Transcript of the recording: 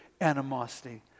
animosity